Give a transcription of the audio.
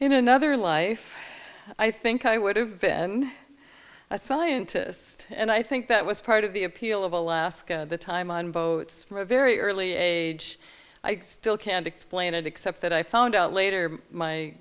in another life i think i would have been a scientist and i think that was part of the appeal of alaska the time on both from a very early age i still can't explain it except that i found out later my